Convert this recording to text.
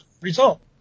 result